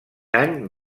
any